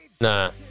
Nah